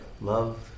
love